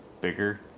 bigger